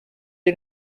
you